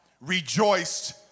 rejoiced